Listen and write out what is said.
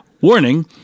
Warning